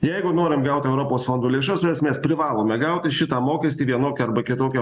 jeigu norim gauti europos fondų lėšas jas mes privalome gauti šitą mokestį vienokia arba kitokia